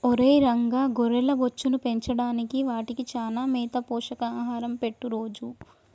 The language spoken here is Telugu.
ఒరై రంగ గొర్రెల బొచ్చును పెంచడానికి వాటికి చానా మేత పోషక ఆహారం పెట్టు రోజూ